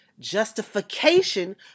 justification